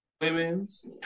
women's